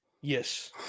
Yes